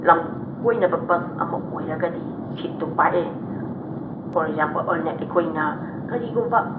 ꯂꯝ ꯀꯣꯏꯅꯕ ꯕꯁ ꯑꯃ ꯑꯣꯏꯔꯒꯗꯤ ꯁꯤꯠꯇꯨ ꯄꯥꯛꯏ ꯐꯣꯔ ꯑꯦꯛꯖꯥꯝꯄꯜ ꯑꯣꯏꯅ ꯑꯩꯈꯣꯏꯅ ꯀꯔꯤꯒꯨꯝꯕ